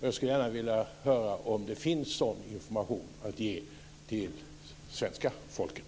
Jag skulle gärna vilja höra om det finns sådan information att ge till svenska folket.